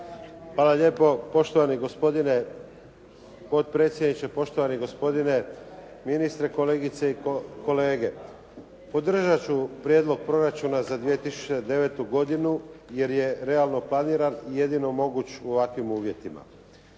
Hvala lijepo. Poštovani gospodine potpredsjedniče, poštovani gospodine ministre, kolegice i kolege. Podržati ću prijedlog proračuna za 2009. godinu jer je realno planiran i jedino moguć u ovakvim uvjetima.